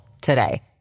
today